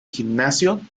gimnasio